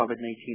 COVID-19